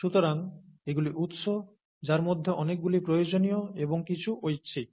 সুতরাং এগুলি উৎস যার মধ্যে অনেকগুলি প্রয়োজনীয় এবং কিছু ঐচ্ছিক